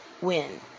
win